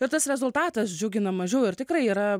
ir tas rezultatas džiugina mažiau ir tikrai yra